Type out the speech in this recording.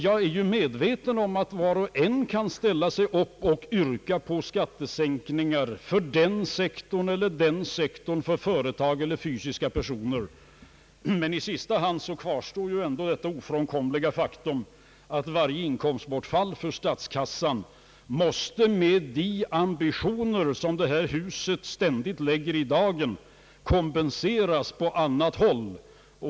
Jag är medveten om att var och en kan ställa sig upp och yrka på skattesänkningar för den sektorn eller den sektorn av företag eller fysiska personer, men i sista hand kvarstår ju ändå det ofrånkomliga faktum att varje inkomstbortfall för statskassan måste — med de ambitioner som detta hus ständigt lägger i dagen — kompenseras på annat håll.